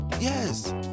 Yes